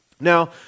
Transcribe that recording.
Now